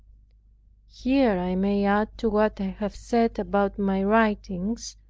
here i may add to what i have said about my writings,